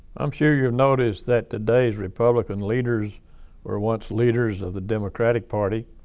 i'm sure you noticed that today's republican leaders were once leaders of the democratic party